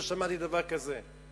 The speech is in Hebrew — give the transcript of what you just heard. לא שמעתי דבר כזה.